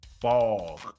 fog